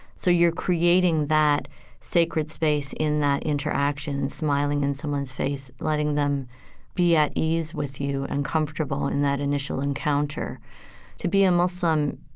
so you're creating that sacred space in that interaction, in smiling in someone's face, letting them be at ease with you and comfortable in that initial encounter to be a muslim,